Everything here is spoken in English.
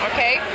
Okay